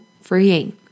freeing